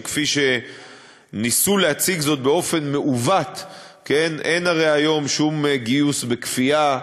שכפי שניסו להציג זאת באופן מעוות, הרי אין היום שום גיוס בכפייה,